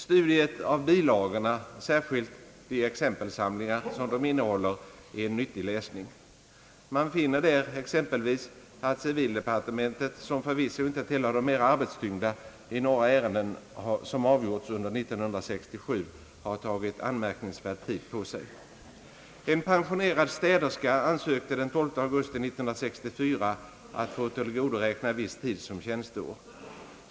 Studiet av bilagorna — särskilt de exempelsamlingar som de innehåller — är en nyttig läsning. Man finner där exempelvis att civildepartementet, som förvisso inte tillhör de mera arbetstyngda, i några ärenden som avgjorts under 1967 tagit anmärkningsvärt god tid på sig. En pensionerad städerska ansökte den 12 augusti 1964 att få tillgodoräkna viss tid som tjänsteår.